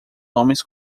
homens